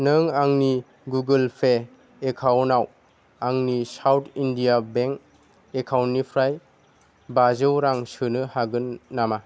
नों आंनि Google pay एकाउन्टनाव आंनि साउट इन्डिया बेंक एकाउन्टनिफ्राय बाजौ रां सोनो हागोन नामा